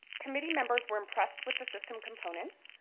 committee members were impressed with the system components.